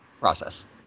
process